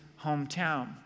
hometown